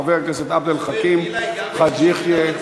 חבר הכנסת עבד אל חכים חאג' יחיא.